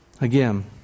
Again